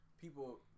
People